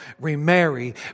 remarry